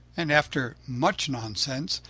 and after much nonsense,